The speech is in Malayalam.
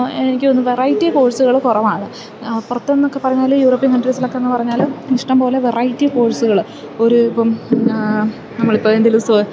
എനിക്കു തോന്നുന്നു വെറൈറ്റി കോഴ്സുകള് കുറവാണ് പുറത്തെന്നൊക്കെ പറഞ്ഞാല് യൂറോപ്യൻ കൺട്രീസിലൊക്കെയെന്നു പറഞ്ഞാല് ഇഷ്ടംപോലെ വെറൈറ്റി കോഴ്സുകള് ഒരു ഇപ്പോള് നമ്മളിപ്പോള് എന്തേലും സോ